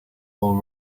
all